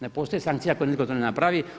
Ne postoje sankcije ako nitko to ne napravi.